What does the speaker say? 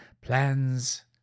plans